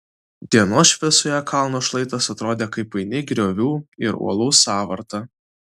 dienos šviesoje kalno šlaitas atrodė kaip paini griovų ir uolų sąvarta